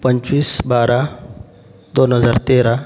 पंचवीस बारा दोन हजार तेरा